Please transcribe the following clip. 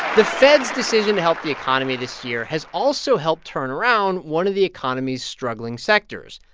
the fed's decision to help the economy this year has also helped turn around one of the economy's struggling sectors,